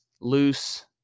loose